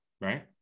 right